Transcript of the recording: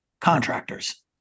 Contractors